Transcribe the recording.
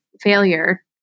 failure